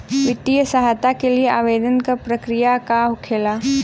वित्तीय सहायता के लिए आवेदन क प्रक्रिया कैसे होखेला?